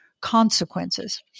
consequences